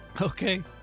Okay